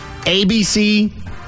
ABC